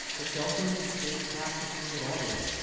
but cellphones these days capture pretty good audio.